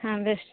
ᱦᱮᱸ ᱵᱮᱥ